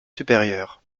supérieur